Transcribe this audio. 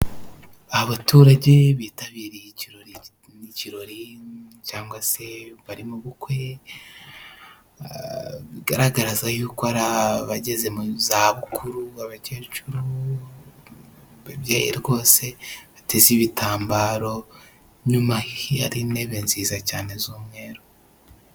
Abaturage bitabiriye ikirori n'ikirori cyangwa se bari mu bukwe bigaragaza yuko ari abageze mu za bukuru w'abakecuru ababyeyi rwose bateze ibitambaro inyuma, hari intebe nziza cyane z'umweru.